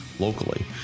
locally